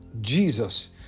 Jesus